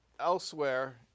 elsewhere